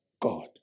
God